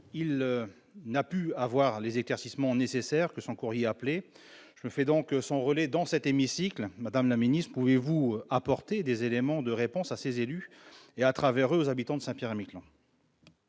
elle n'a pu avoir les éclaircissements nécessaires que son courrier appelait. Je me fais donc son relais, dans cet hémicycle : Mme la ministre, pouvez-vous apporter des éléments de réponse à ces élus et, à travers eux, aux habitants de Saint-Pierre-et Miquelon ?